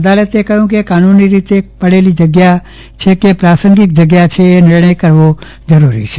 અદાલતે કહ્યું કે કાનૂની રીતે પડેલી જગ્યા છે કે પ્રાસંગિક જગ્યા છે એ નિર્ણય કરવો જરૂરી છે